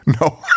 No